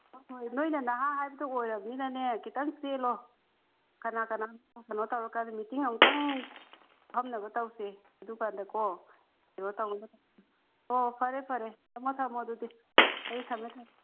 ꯍꯣꯏ ꯍꯣꯏ ꯅꯣꯏꯅ ꯅꯍꯥ ꯍꯥꯏꯕꯗꯨ ꯑꯣꯏꯔꯕꯅꯤꯅꯅꯦ ꯈꯤꯇꯪ ꯆꯦꯜꯂꯣ ꯀꯅꯥ ꯀꯅꯥ ꯀꯩꯅꯣ ꯇꯧꯔꯒ ꯃꯤꯇꯤꯡ ꯑꯃꯨꯛꯇꯪ ꯐꯝꯅꯕ ꯇꯧꯁꯦ ꯑꯗꯨ ꯀꯥꯟꯗꯀꯣ ꯀꯩꯅꯣ ꯇꯧꯅꯕ ꯑꯣ ꯐꯔꯦ ꯐꯔꯦ ꯊꯝꯃꯣ ꯊꯝꯃꯣ ꯑꯗꯨꯗꯤ ꯑꯩ ꯊꯝꯃꯦ ꯊꯝꯃꯦ